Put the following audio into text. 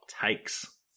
takes